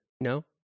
no